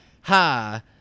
Ha